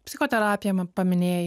psichoterapiją man paminėjai